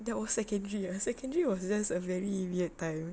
that was secondary ah secondary was just a very weird time